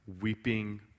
weeping